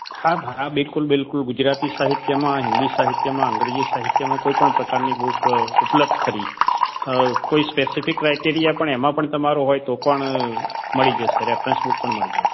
હાં હાં બિલકુલ બિલકુલ ગુજરાતી સાહિત્યમાં હિન્દી સાહિત્યમાં અંગ્રેજી સાહિત્યમાં કોઇપણ પ્રકારની બુક ઉપલબ્ધ ખરી કોઈક સ્પેસિફિક ક્રાઇટેરિયા પણ એમાં પણ તમારો હોય તો પણ મળી જશે રેફરન્સ બુક પણ મળી જશે